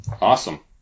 Awesome